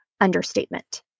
understatement